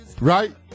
Right